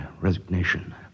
resignation